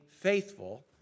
faithful